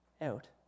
out